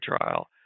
trial